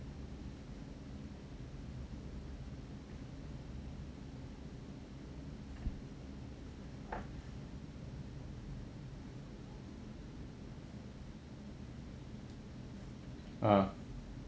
ah